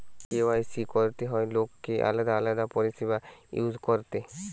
KYC করতে হয় লোককে আলাদা আলাদা পরিষেবা ইউজ করতে